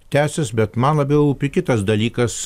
tęsias bet man labiau rūpi kitas dalykas